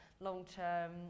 long-term